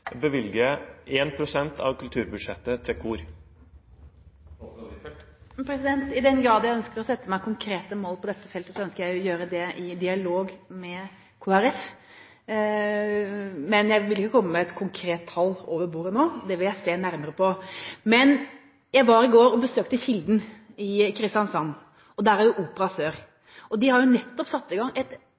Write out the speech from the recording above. bevilger 1 pst. av kulturbudsjettet til kor? I den grad jeg ønsker å sette meg konkrete mål på dette feltet, ønsker jeg å gjøre det i dialog med Kristelig Folkeparti. Men jeg vil jo ikke komme med et konkret tall over bordet nå – det vil jeg se nærmere på. Men jeg var i går og besøkte Kilden i Kristiansand. Der er jo Opera Sør. De har nettopp satt i gang et